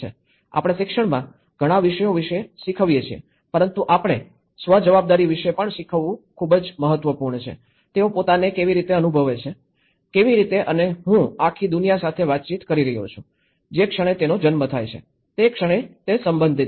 આપણે શિક્ષણમાં ઘણા વિષયો વિશે શીખવીએ છીએ પરંતુ આપણે સ્વ જવાબદારી વિશે પણ શીખવવું ખૂબ જ મહત્વપૂર્ણ છે તેઓ પોતાને કેવી રીતે અનુભવે છે કેવી રીતે અને હું આખી દુનિયા સાથે વાતચીત કરી રહ્યો છું જે ક્ષણે તેનો જન્મ થાય છે તે ક્ષણે તે સંબંધિત છે